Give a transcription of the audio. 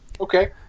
Okay